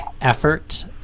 effort